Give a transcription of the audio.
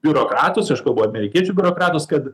biurokratus aš kalbu amerikiečių biurokratas kad